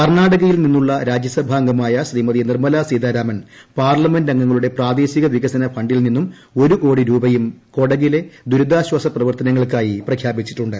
കർണാടകയിൽ നിന്നുള്ള രാജ്യസഭാംഗമായ ശ്രീമതി നിർമ്മലാ സീതാരാമൻ പാർലമെന്റ് അംഗങ്ങളൂടെ പ്രാദേശിക വികസന ഫണ്ടിൽ നിന്നും ഒരു കോടി രൂപ്യൂർ ്കൊടകിലെ ദുരിതാശ്വാസ പ്രവർത്തനങ്ങൾക്കായി പ്രഖ്യാപിച്ചിട്ടുണ്ട്